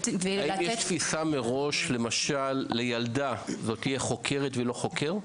האם יש תפיסה מראש שלילדה תהיה חוקרת ולא חוקר?